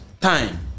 time